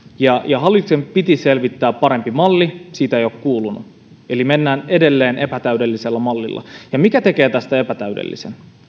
ja ja hallituksen piti selvittää parempi malli mutta siitä ei ole kuulunut eli mennään edelleen epätäydellisellä mallilla ja mikä tekee tästä epätäydellisen